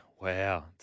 Wow